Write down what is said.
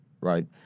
right